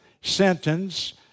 sentence